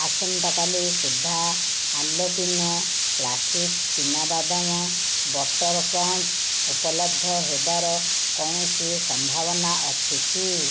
ଆସନ୍ତା କାଲି ସୁଦ୍ଧା ଆଲପିନୋ କ୍ଲାସିକ୍ ଚିନାବାଦାମ ବଟର୍ କ୍ରଞ୍ଚ୍ ଉପଲବ୍ଧ ହେବାର କୌଣସି ସମ୍ଭାବନା ଅଛି କି